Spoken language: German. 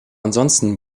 ansonsten